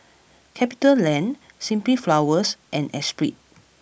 Capita Land Simply Flowers and Espirit